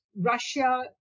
Russia